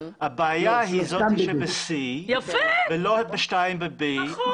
הבעיה היא זאת שב-C ולא השתיים שב-B.